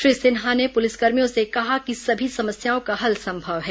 श्री सिन्हा ने पुलिस कर्मियों से कहा कि सभी समस्याओं का हल संभव है